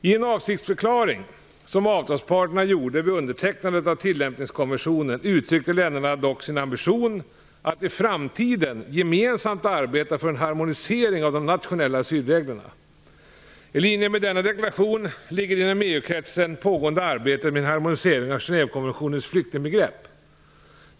I en avsiktsförklaring som avtalsparterna gjorde vid undertecknandet av tillämpningskonventionen uttryckte länderna dock sin ambition att i framtiden gemensamt arbeta för en harmonisering av de nationella asylreglerna. I linje med denna deklaration ligger det inom EU-kretsen pågående arbetet med en harmonisering av Genèvekonventionens flyktingbegrepp.